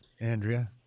Andrea